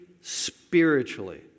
spiritually